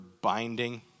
binding